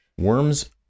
Worms